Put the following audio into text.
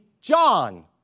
John